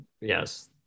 Yes